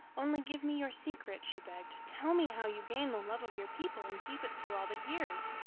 only give me your secret, she begged. tell me how you gain the love of your people and keep it through all the years.